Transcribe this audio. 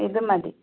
ഇത് മതി